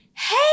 Hey